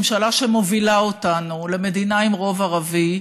ממשלה שמובילה אותנו למדינה עם רוב ערבי,